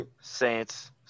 Saints